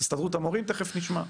את הסתדרות המורים תכף נשמע,